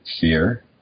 fear